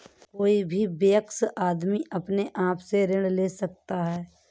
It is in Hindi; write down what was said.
कोई भी वयस्क आदमी अपने आप से ऋण ले सकता है